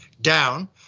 down